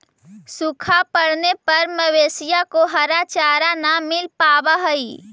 सूखा पड़ने पर मवेशियों को हरा चारा न मिल पावा हई